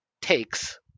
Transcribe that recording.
takes